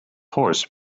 horse